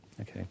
Okay